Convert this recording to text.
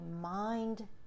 mind